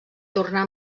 tornar